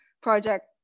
project